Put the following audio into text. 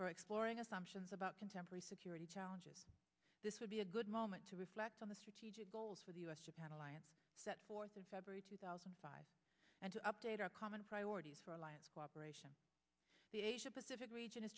for exploring assumptions about contemporary security challenges this would be a good moment to reflect on the strategic goals for the us japan alliance set forth in february two thousand and five and to update our common priorities for alliance cooperation the asia pacific region is